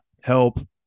help